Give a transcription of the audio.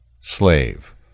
slave